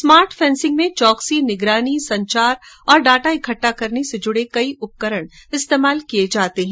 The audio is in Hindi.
स्मार्ट फेंसिंग में चौकसी निगरानी संचार और डाटा इकट्टा करने से जुड़े कई उपकरण इस्तेमाल किये जाते हैं